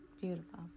beautiful